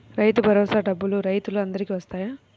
రైతు భరోసా డబ్బులు రైతులు అందరికి వస్తాయా?